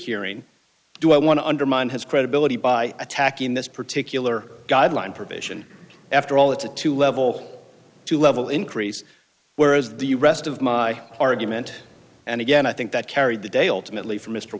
hearing do i want to undermine his credibility by attacking this particular guideline provision after all it's a two level to level increase whereas the rest of my argument and again i think that carried the day ultimately for m